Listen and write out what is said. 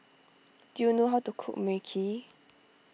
do you know how to cook Mui Kee